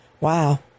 Wow